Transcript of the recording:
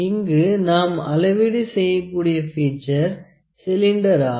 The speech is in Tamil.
இங்கு நாம் அளவீடு செய்யக்கூடிய பீட்சர் சிலிண்டர் ஆகும்